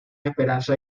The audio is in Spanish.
esperanzas